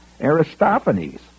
Aristophanes